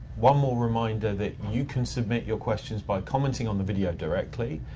one more reminder that you can submit your questions by commenting on the video directly,